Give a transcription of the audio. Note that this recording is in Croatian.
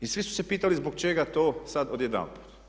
I svi su se pitali zbog čega to sada odjedanput.